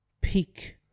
peak